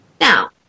Now